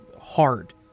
Hard